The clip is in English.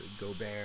Gobert